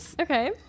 Okay